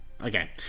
Okay